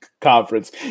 conference